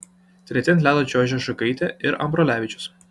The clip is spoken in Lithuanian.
treti ant ledo čiuožė žukaitė ir ambrulevičius